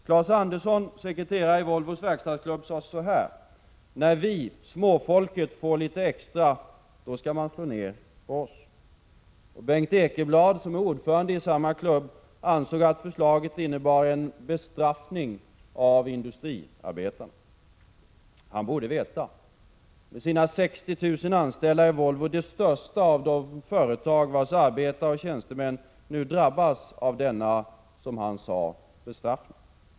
Claes Andersson, som är sekreterare i Volvos verkstadsklubb, sade så här: ”När vi, småfolket, får litet extra, då skall man slå ned på oss.” Och Bengt Ekeblad, som är ordförande i samma klubb, ansåg att förslaget innebar en ”bestraffning av industriarbetarna”. Han borde veta. Med sina 60 000 anställda är Volvo det största av de företag vars arbetare och tjänstemän nu drabbas av denna ”bestraffning”.